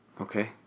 Okay